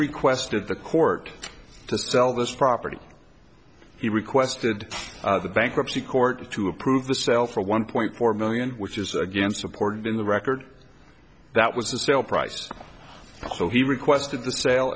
requested the court to sell this property he requested the bankruptcy court to approve the sale for one point four million which is again supported in the record that was the sale price so he requested the sale